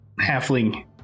halfling